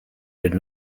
did